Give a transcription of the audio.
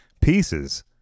pieces